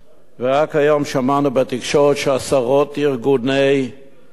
רק היום שמענו בתקשורת שעשרות ארגונים בין-לאומיים